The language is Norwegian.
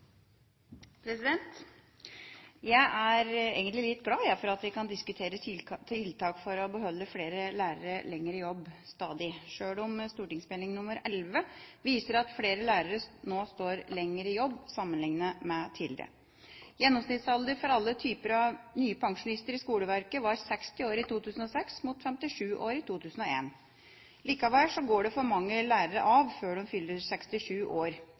arbeid. Jeg er egentlig litt glad for at vi kan diskutere tiltak for å beholde stadig flere lærere lenger i jobb, sjøl om St.meld. nr. 11 for 2008–2009 viser at flere lærere nå står lenger i jobb, sammenlignet med tidligere. Gjennomsnittsalder for alle typer av nye pensjonister i skoleverket var 60 år i 2006, mot 57 år i 2001. Likevel går for mange lærere av før de fyller 67 år.